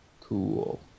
cool